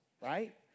right